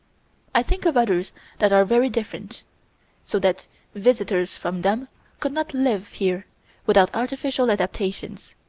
i think of others that are very different so that visitors from them could not live here without artificial adaptations.